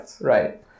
Right